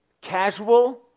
casual